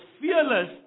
fearless